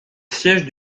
siège